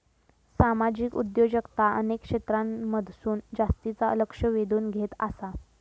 सामाजिक उद्योजकता अनेक क्षेत्रांमधसून जास्तीचा लक्ष वेधून घेत आसा